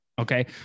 Okay